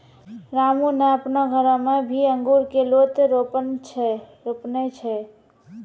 रामू नॅ आपनो घरो मॅ भी अंगूर के लोत रोपने छै